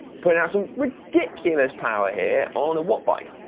putting out some ridiculous power here on a wattbike.